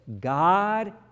God